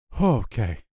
Okay